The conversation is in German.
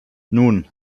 nun